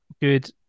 good